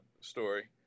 story